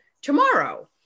tomorrow